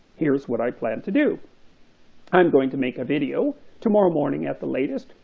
here's what i plan to do i am going to make a video tomorrow morning at the latest,